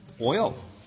Oil